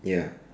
ya